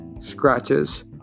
scratches